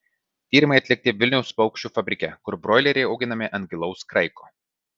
tyrimai atlikti vilniaus paukščių fabrike kur broileriai auginami ant gilaus kraiko